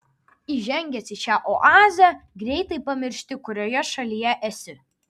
įžengęs į šią oazę greitai pamiršti kurioje šalyje esi